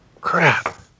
Crap